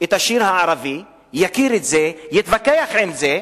את השיר הערבי, יכיר את זה, יתווכח עם זה,